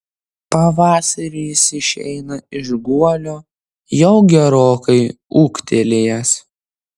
pavasarį jis išeina iš guolio jau gerokai ūgtelėjęs